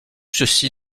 ceci